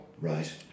right